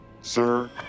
Sir